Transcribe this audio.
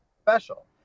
special